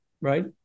right